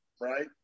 right